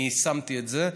ואני יישמתי את זה,